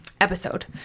episode